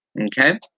Okay